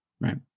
right